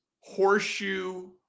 horseshoe